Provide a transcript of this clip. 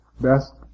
best